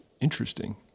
interesting